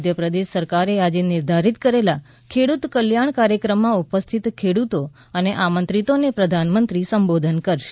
મધ્યપ્રદેશ સરકારે આજે નિર્ધારીત કરેલા ખેડૂત કલ્યાણ કાર્યક્રમમાં ઉપસ્થિત ખેડૂતો અને આમંત્રીતોને પ્રધાનમંત્રી સંબોધન કરશે